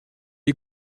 est